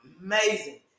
amazing